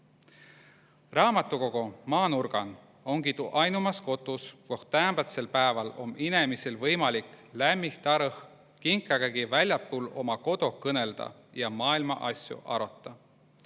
Raamadukogo maanurgan omgi tuu ainumas kotus, koh täämbätsel pääval om inemisil võimalik lämmih tarõh kinkägagi väläpuul uma kodo kõnõlda ja maailma asju arota'.Katõ